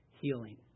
healing